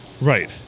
Right